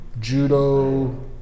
judo